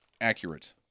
accurate